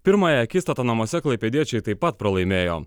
pirmąją akistatą namuose klaipėdiečiai taip pat pralaimėjo